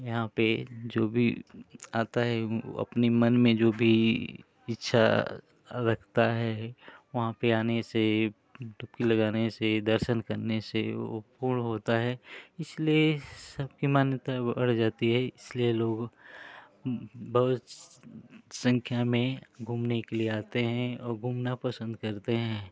यहाँ पर जो भी आता है वह अपने मन में जो भी इच्छा रखता है वहाँ पर आने से डुबकी लगाने से दर्शन करने से वह पूर्ण होती है इसलिए सबकी मान्यता है वह बढ़ जाती है इसलिए लोग बहुत संख्या में घूमने के लिए आते हैं और घूमना पसन्द करते हैं